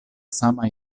sama